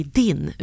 din